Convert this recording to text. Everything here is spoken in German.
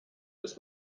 bis